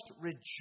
rejoice